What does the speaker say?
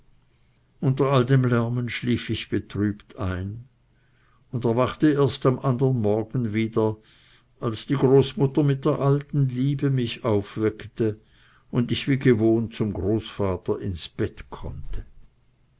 unter all dem lärmen schlief ich betrübt ein und erwachte erst am andern morgen wieder als die großmutter mit der alten liebe mich aufweckte und ich wie gewohnt zum großvater ins bett konnte